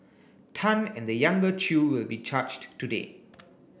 Tan and the younger Chew will be charged today